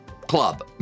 club